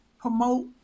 promote